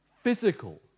physical